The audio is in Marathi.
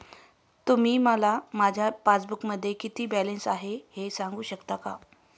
तुम्ही मला माझ्या पासबूकमध्ये किती बॅलन्स आहे हे सांगू शकता का?